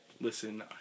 Listen